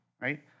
right